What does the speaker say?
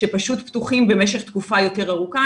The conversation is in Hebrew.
שפשוט פתוחים תקופה יותר ארוכה,